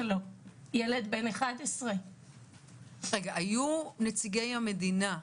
ילד בן 11. היו נציגי המדינה בבית?